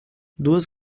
duas